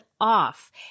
off